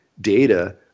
data